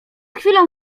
chwilą